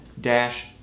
dash